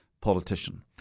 politician